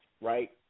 right